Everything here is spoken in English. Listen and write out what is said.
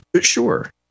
Sure